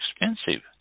expensive